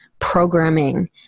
programming